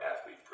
athlete